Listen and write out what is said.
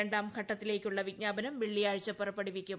രണ്ടാം ഘട്ടത്തിലേക്കുള്ള വിജ്ഞാപനം വെള്ളിയാഴ്ച പുറപ്പെടുവിക്കും